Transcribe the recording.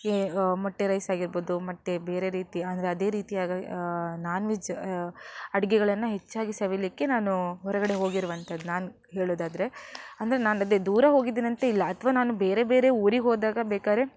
ಈ ಮೊಟ್ಟೆ ರೈಸಾಗಿರ್ಬೋದು ಮತ್ತು ಬೇರೆ ರೀತಿ ಅಂದರೆ ಅದೇ ರೀತಿಯಾದ ನಾನ್ವೆಜ್ ಅಡುಗೆಗಳನ್ನು ಹೆಚ್ಚಾಗಿ ಸವಿಯಲಿಕ್ಕೆ ನಾನು ಹೊರಗಡೆ ಹೋಗಿರುವಂಥದ್ದು ನಾನು ಹೇಳೋದಾದ್ರೆ ಅಂದರೆ ನಾನು ಅದೇ ದೂರ ಹೋಗಿದ್ದೇನೆ ಅಂತ ಇಲ್ಲ ಅಥ್ವಾ ನಾನು ಬೇರೆ ಬೇರೆ ಊರಿಗೆ ಹೋದಾಗ ಬೇಕಾದ್ರೆ